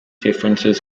differences